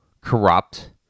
corrupt